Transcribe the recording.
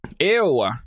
Ew